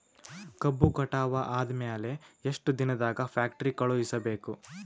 ಕಬ್ಬು ಕಟಾವ ಆದ ಮ್ಯಾಲೆ ಎಷ್ಟು ದಿನದಾಗ ಫ್ಯಾಕ್ಟರಿ ಕಳುಹಿಸಬೇಕು?